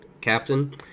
Captain